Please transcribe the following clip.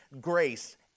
grace